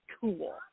cool